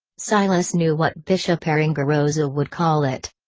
silas knew what bishop aringarosa would call it.